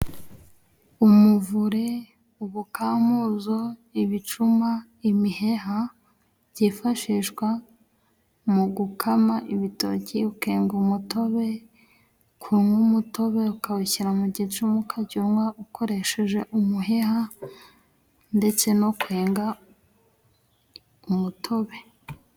Umuvure, ubukamuzo, ibicuma, imiheha byifashishwa mu gukama ibitoki, ukenga umutobe, kunywa umutobe ukawushyira mu gicuma ukajya unywa ukoresheje umuheha, ndetse no kwenga umutobe.